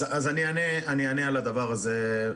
אז אני אענה על הדבר הזה.